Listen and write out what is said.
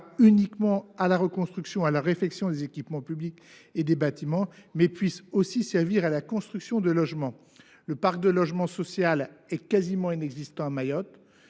limite pas à la reconstruction et à la réfection des équipements publics et des bâtiments, mais puisse également servir à la construction de logements. À Mayotte, le parc de logements sociaux est quasiment inexistant, alors